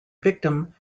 victim